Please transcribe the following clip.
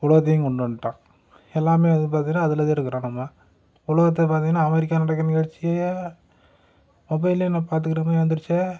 உலகத்தையும் கொண்டு வந்துட்டான் எல்லாம் வந்து பார்த்திங்கனா அதில் தான் இருக்கிறோம் நம்ம உலகத்தை பார்த்திங்கனா அமெரிக்காவில் நடக்கிற நிகழ்ச்சியை மொபைலேயே நம்ம பார்த்துகிற மாதிரி வந்திடுச்சு